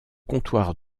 comptoir